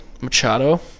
Machado